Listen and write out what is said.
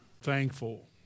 thankful